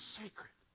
sacred